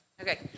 Okay